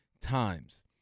times